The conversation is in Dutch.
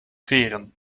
veren